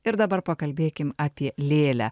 ir dabar pakalbėkim apie lėlę